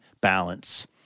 Balance